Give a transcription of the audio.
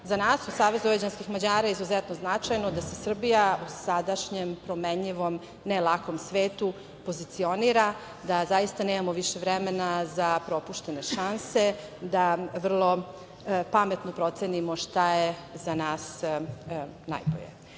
Za nas u Savezu vojvođanskih Mađara izuzetno je značajno da se Srbija u sadašnjem promenjivom, ne lakom svetu pozicionira, da zaista nemamo više vremena za propuštene šanse, da vrlo pametno procenimo šta je za nas najbolje.